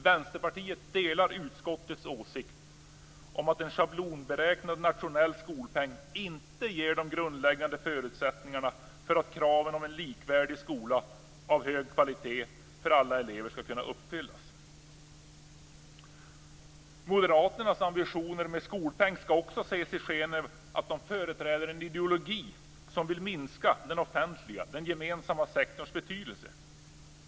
Vänsterpartiet delar utskottets åsikt om att en schablonberäknad nationell skolpeng inte ger de grundläggande förutsättningarna för att kraven om en likvärdig skola av hög kvalitet för alla elever skall kunna uppfyllas. Moderaternas ambitioner med skolpeng skall också ses i skenet av att de företräder en ideologi som vill minska den offentliga - den gemensamma - sektorns betydelse.